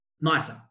nicer